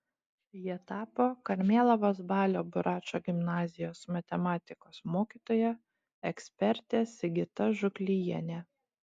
ja tapo karmėlavos balio buračo gimnazijos matematikos mokytoja ekspertė sigita žuklijienė